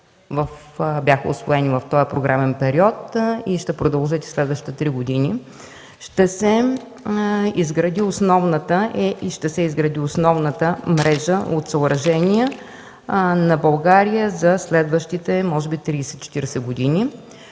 бяха усвоени в този програмен период и ще продължат да се усвояват и в следващите 3 години – ще се изгради основната мрежа от съоръжения на България за следващите може би 30-40 години.